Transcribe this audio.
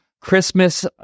christmas